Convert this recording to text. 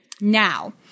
now